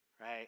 right